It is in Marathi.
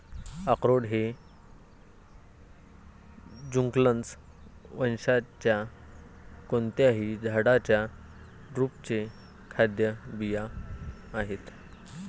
अक्रोड हे जुगलन्स वंशाच्या कोणत्याही झाडाच्या ड्रुपचे खाद्य बिया आहेत